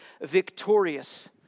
victorious